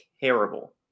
terrible